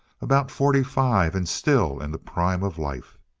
about forty-five, and still in the prime of life.